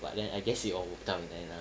but then I guess it all worked out in the end uh